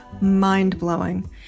mind-blowing